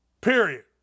period